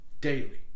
daily